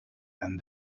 and